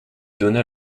donna